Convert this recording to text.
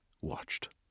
watched